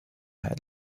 had